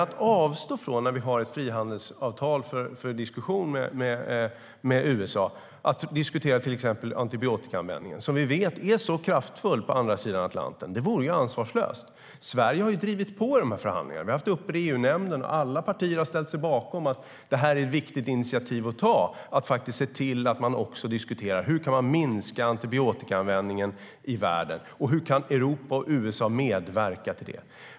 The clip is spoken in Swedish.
Om vi, när vi har ett frihandelsavtal för diskussion med USA, skulle avstå från att diskutera till exempel antibiotikaanvändningen, som vi vet är så kraftfull på andra sidan Atlanten, vore ju ansvarslöst. Sverige har drivit på i de här förhandlingarna. Vi har haft det uppe i EU-nämnden. Alla partier har ställt sig bakom att det är ett viktigt initiativ att ta att faktiskt se till att man också diskuterar hur man kan minska antibiotikaanvändningen i världen, och Europa och USA kan medverka till det.